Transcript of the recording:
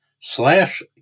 slash